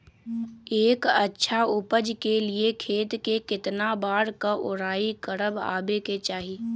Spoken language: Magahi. एक अच्छा उपज के लिए खेत के केतना बार कओराई करबआबे के चाहि?